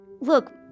look